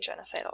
genocidal